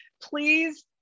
Please